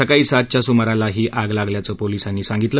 सकाळी सातच्या सुमाराला ही आग लागल्याचं पोलिसांनी सांगितलं